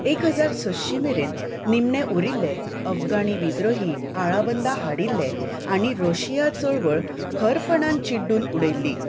एक हजार सयशीं मेरेन निमणे उरिल्ले अफगानी विद्रोही आळाबंदा हाडिल्ले आनी रशिया चळवळ खरपणान चिड्डून उडयल्ली